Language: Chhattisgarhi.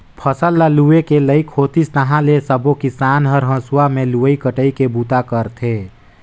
फसल ल लूए के लइक होतिस ताहाँले सबो किसान हर हंसुआ में लुवई कटई के बूता करथे